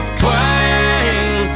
twang